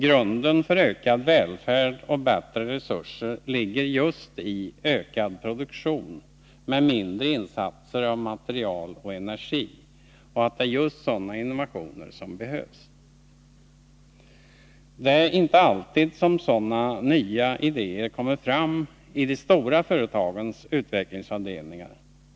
Grunden för ökad välfärd och bättre resurser ligger just i ökad produktion, med mindre insatser av material och energi, och det är just sådana innovationer som behövs. Det är inte alltid som sådana nya idéer kommer fram i de stora företagens utvecklingsavdelningar.